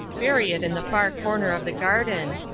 bury it in the far corner of the garden,